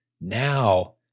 Now